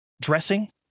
dressing